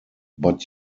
but